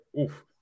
oof